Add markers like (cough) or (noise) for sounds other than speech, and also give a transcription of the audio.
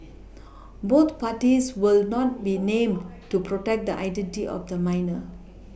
(noise) both parties will not be named to protect the identity of the minor